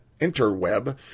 interweb